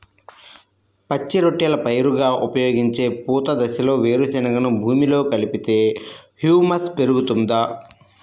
పచ్చి రొట్టెల పైరుగా ఉపయోగించే పూత దశలో వేరుశెనగను భూమిలో కలిపితే హ్యూమస్ పెరుగుతుందా?